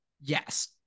yes